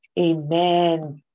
Amen